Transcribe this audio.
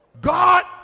God